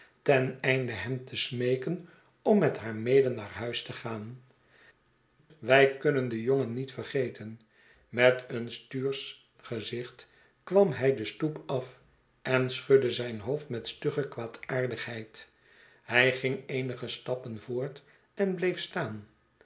ten einde hem te smeeken om met haar mede naar huis te gaan wij kunnen den jongen niet vergeten met een stuursch gezicht kwam hij de stoep af en schudde zijn hoofd met stugge kwaadaardigheid hij ging eenige stappen voort en bleef staan